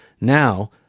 now